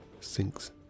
sinks